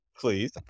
please